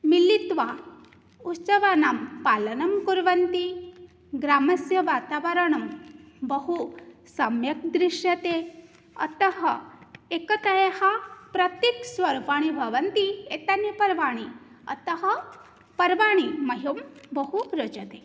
मिलित्वा उत्सवानां पालनं कुर्वन्ति ग्रामस्य वातावरणं बहु सम्यक् दृश्यते अतः एकतायाः प्रत्यक्स्वरूपाणि भवन्ति एतानि पर्वाणि अतः पर्वाणि मह्यं बहु रोचन्ते